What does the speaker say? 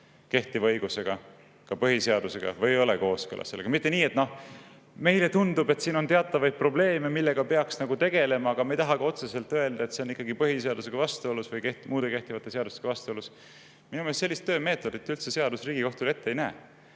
kehtiva õigusega, ka põhiseadusega, või ei ole kooskõlas sellega. Mitte nii: "Meile tundub, et siin on teatavaid probleeme, millega peaks nagu tegelema, aga me ei taha ka otseselt öelda, et see on ikkagi põhiseaduse või muude kehtivate seadustega vastuolus." Minu meelest sellist töömeetodit seadus Riigikohtule üldse ette ei näe.